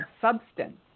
substance